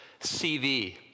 CV